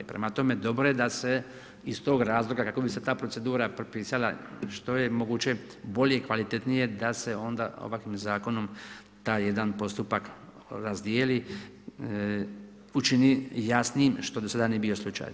Prema tome, dobro je da se iz tog razloga kako bi se ta procedura propisala što je moguće bolje i kvalitetnije, da se onda ovakvim zakonom taj jedan postupak razdijeli, učini jasnijim što do sada nije bio slučaj.